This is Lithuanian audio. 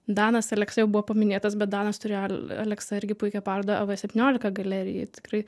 danas aleksa jau buvo paminėtas bet danas turėjo aleksa irgi puikią parodą av septyniolika galerijoj tikrai